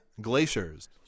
glaciers